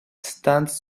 stands